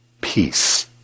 Peace